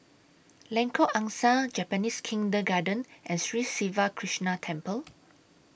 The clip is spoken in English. Lengkok Angsa Japanese Kindergarten and Sri Siva Krishna Temple